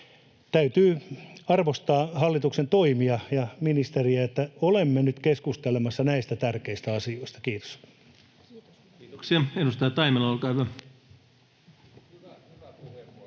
täytyy arvostaa hallituksen toimia ja ministeriä, että olemme nyt keskustelemassa näistä tärkeistä asioista. — Kiitos. [Jukka Gustafsson: Hyvä